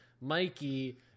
mikey